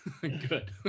good